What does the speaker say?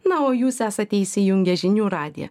na o jūs esate įsijungę žinių radiją